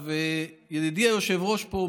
ידידי היושב-ראש פה,